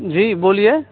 جی بولیے